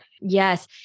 Yes